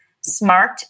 smart